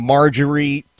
Marjorie